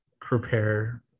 prepare